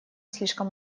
слишком